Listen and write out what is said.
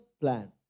plan